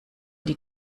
die